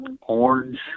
orange